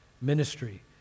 ministry